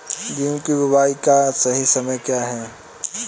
गेहूँ की बुआई का सही समय क्या है?